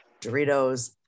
Doritos